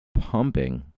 pumping